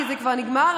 כי כבר נגמר,